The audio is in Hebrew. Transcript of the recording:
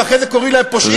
ואחרי זה קוראים להם פושעים,